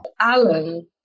alan